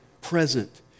present